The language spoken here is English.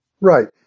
right